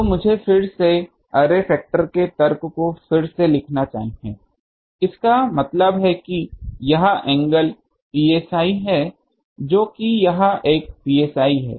तो मुझे फिर से अर्रे फैक्टर के तर्क को फिर से लिखना चाहिए इसका मतलब है कि यह एंगल psi है जो कि यहाँ एक psi है